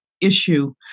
issue